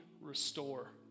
restore